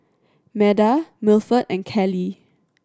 Meda Milford and Kallie